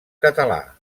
català